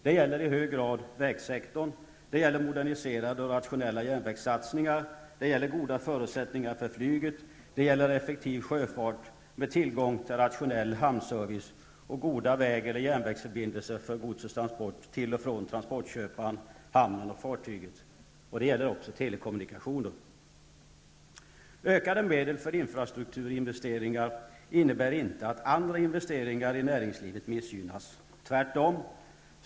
Det gäller i hög grad vägsektorn, det gäller moderniserade och rationella järnvägssatsningar, det gäller goda förutsättningar för flyget, det gäller effektiv sjöfart med tillgång till rationell hamnservice och goda väg eller järnvägsförbindelser för godsets transport till och från transportköparen, hamnen och fartyget. Det gäller också telekommunikationer. Ökade medel för infrastrukturinvesteringar innebär inte att andra investeringar i näringslivet missgynnas, tvärtom.